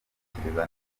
batekereza